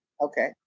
Okay